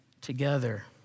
together